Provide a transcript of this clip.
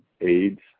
AIDS